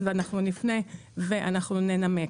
אז נפנה וננמק.